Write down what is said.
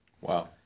wow